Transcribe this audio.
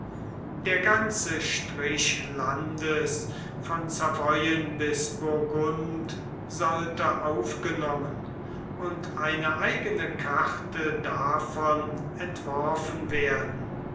der ganze strich landes von savoyen bis burgund sollte aufgenommen und eine eigene karte davon entworfen werden